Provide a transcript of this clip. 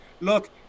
look